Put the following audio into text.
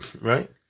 Right